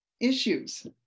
issues